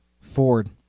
Ford